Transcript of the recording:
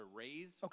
raise